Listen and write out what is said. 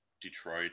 detroit